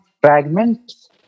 fragments